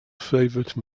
favourite